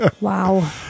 Wow